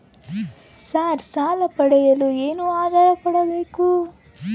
Sir ಸಾಲ ಪಡೆಯಲು ಏನು ಆಧಾರ ಕೋಡಬೇಕು?